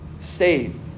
save